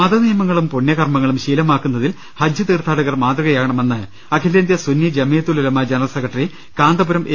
മതനിയമങ്ങളും പുണ്യകർമങ്ങളും ശീലമാക്കു ന്നതിൽ ഹജ്ജ് തീർഥാടകർ മാതൃകയാകണമെന്ന് അഖിലേന്ത്യ Sunni Jamiyyathul Ulama general secretary Kanthapuram A